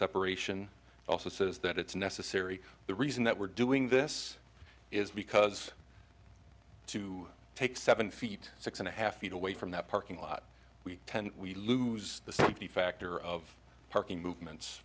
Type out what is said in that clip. separation also says that it's necessary the reason that we're doing this is because to take seven feet six and a half feet away from that parking lot we tend we lose the safety factor of parking movements